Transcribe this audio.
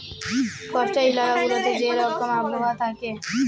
coastal ইলাকা গুলাতে যে রকম আবহাওয়া থ্যাকে